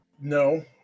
no